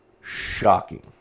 shocking